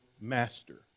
master